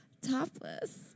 Topless